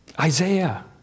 Isaiah